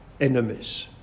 enemies